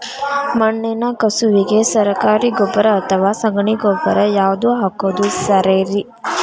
ಮಣ್ಣಿನ ಕಸುವಿಗೆ ಸರಕಾರಿ ಗೊಬ್ಬರ ಅಥವಾ ಸಗಣಿ ಗೊಬ್ಬರ ಯಾವ್ದು ಹಾಕೋದು ಸರೇರಿ?